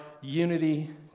unity